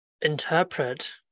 interpret